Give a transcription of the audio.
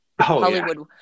Hollywood